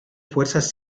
fuerzas